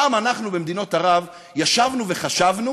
פעם אנחנו במדינות ערב ישבנו וחשבנו